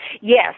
Yes